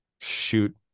shoot